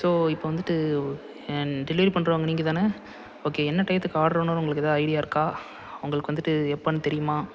so இப்போ வந்துட்டு delivery பண்ணுறவங்க நீங்கள் தானே ஓகே என்ன டையத்துக்கு ஆட்ரு வரும்ன்னு உங்களுக்கு எதாவது ஐடியா இருக்கா உங்களுக்கு வந்துட்டு எப்போன்னு தெரியுமா